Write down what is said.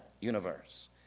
universe